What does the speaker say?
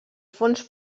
fons